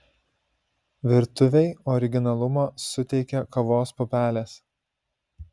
virtuvei originalumo suteikia kavos pupelės